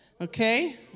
okay